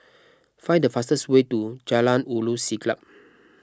find the fastest way to Jalan Ulu Siglap